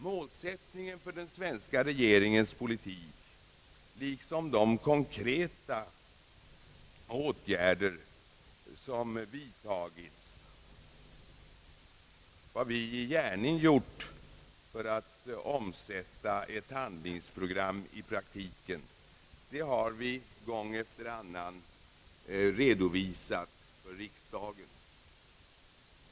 Målsättningen för den svenska regeringens politik liksom de konkreta åtgärder som vidtagits — vad vi i gärning gjort för att omsätta ett handlingsprogram i praktiken — har vi gång efter annan redovisat för riksdagen.